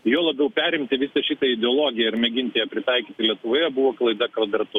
juo labiau perimti visą šitą ideologiją ir mėginti ją pritaikyti lietuvoje buvo klaida kvadratu